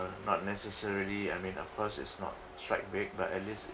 uh not necessarily I mean of course is not strike big but at least